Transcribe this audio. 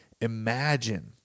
imagine